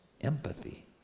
empathy